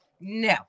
No